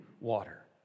water